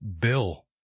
bill